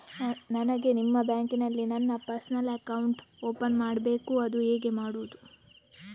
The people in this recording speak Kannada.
ನನಗೆ ನಿಮ್ಮ ಬ್ಯಾಂಕಿನಲ್ಲಿ ನನ್ನ ಪರ್ಸನಲ್ ಅಕೌಂಟ್ ಓಪನ್ ಮಾಡಬೇಕು ಅದು ಹೇಗೆ ಮಾಡುವುದು?